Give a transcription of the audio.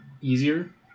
easier